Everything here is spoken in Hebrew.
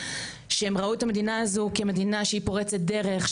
שהם ראו את המדינה הזאת שהיא מדינה שהיא פורצת דרך,